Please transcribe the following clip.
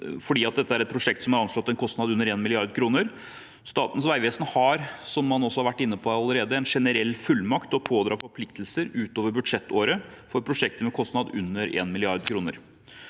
fordi det er et prosjekt som har en anslått kostnad under 1 mrd. kr. Statens vegvesen har, som man også har vært inne på allerede, en generell fullmakt til å pådra forpliktelser utover budsjettåret for prosjekter med kostnad under 1 mrd. kr.